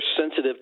sensitive